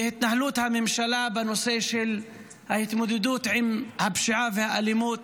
בהתנהלות הממשלה בנושא של ההתמודדות עם הפשיעה והאלימות